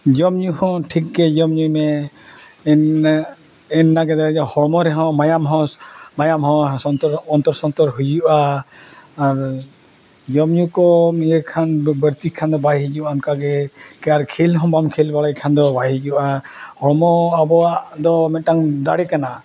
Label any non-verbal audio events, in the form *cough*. ᱡᱚᱢᱼᱧᱩ ᱦᱚᱸ ᱴᱷᱤᱠ ᱜᱮ ᱡᱚᱢᱼᱧᱩᱭ *unintelligible* ᱮᱱᱮ ᱤᱱᱟᱹᱜᱮ ᱡᱟ ᱦᱚᱲᱢᱚ ᱨᱮᱦᱚᱸ ᱢᱟᱭᱟᱢ ᱦᱚᱸ ᱢᱟᱭᱟᱢ ᱦᱚᱸ ᱥᱚᱱᱛᱚᱨ ᱚᱱᱛᱚᱨ ᱥᱚᱱᱛᱚᱨ ᱦᱩᱭᱩᱜᱼᱟ ᱟᱨ ᱡᱚᱢᱼᱧᱩ ᱠᱚᱢ ᱤᱭᱟᱹᱭ ᱠᱷᱟᱱ ᱵᱟᱹᱲᱛᱤᱭ ᱠᱷᱟᱱ ᱫᱚ ᱵᱟᱭ ᱦᱤᱡᱩᱜᱼᱟ ᱚᱱᱠᱟᱜᱮ ᱟᱨ ᱠᱷᱮᱹᱞ ᱦᱚᱸ ᱵᱟᱢ ᱠᱷᱮᱹᱞ ᱵᱟᱲᱟᱭ ᱠᱷᱟᱱ ᱫᱚ ᱵᱟᱭ ᱦᱤᱡᱩᱜᱼᱟ ᱦᱚᱲᱢᱚ ᱟᱵᱚᱣᱟᱜ ᱫᱚ ᱢᱤᱫᱴᱟᱝ ᱫᱟᱲᱮ ᱠᱟᱱᱟ